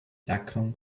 vacuum